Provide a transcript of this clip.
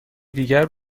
دیگر